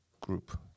Group